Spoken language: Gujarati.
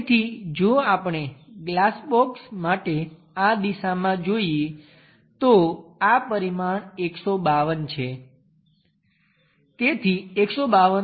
તેથી જો આપણે ગ્લાસ બોક્સ માટે આ દિશામાં જોઈએ તો આ પરિમાણ 152 દેખાશે